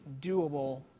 doable